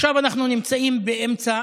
עכשיו אנחנו נמצאים באמצע